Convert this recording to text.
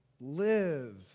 Live